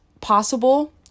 possible